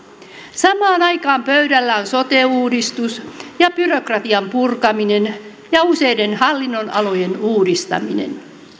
samaan aikaan pöydällä on sote uudistus ja byrokratian purkaminen ja useiden hallinnonalojen uudistaminen